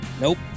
Nope